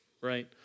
right